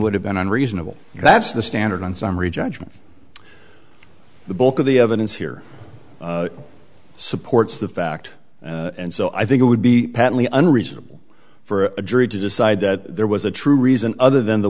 would have been unreasonable that's the standard on summary judgment the bulk of the evidence here supports the fact and so i think it would be patently unreasonable for a jury to decide that there was a true reason other than the